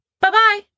Bye-bye